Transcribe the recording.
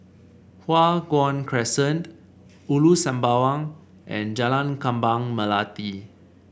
Hua Guan Crescent Ulu Sembawang and Jalan Kembang Melati